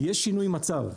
יש שינוי מצב.